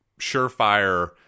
surefire